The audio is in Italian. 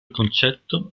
concetto